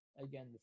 again